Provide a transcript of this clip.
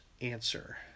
answer